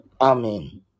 Amen